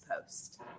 post